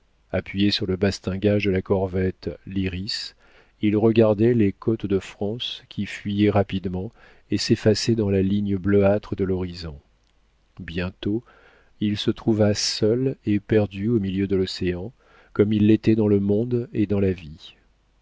appuyé sur le bastingage de la corvette l'iris il regardait les côtes de france qui fuyaient rapidement et s'effaçaient dans la ligne bleuâtre de l'horizon bientôt il se trouva seul et perdu au milieu de l'océan comme il l'était dans le monde et dans la vie